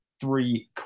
three